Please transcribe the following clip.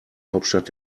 hauptstadt